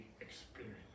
experience